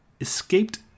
Escaped